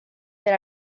del